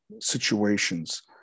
situations